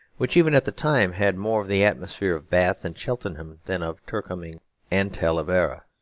which even at the time had more of the atmosphere of bath and cheltenham than of turcoing and talavera.